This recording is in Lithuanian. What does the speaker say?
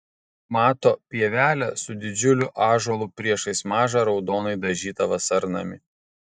mato pievelę su didžiuliu ąžuolu priešais mažą raudonai dažytą vasarnamį